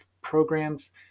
programs